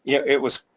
it was,